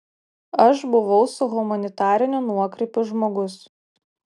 aš buvau su humanitariniu nuokrypiu žmogus